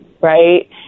right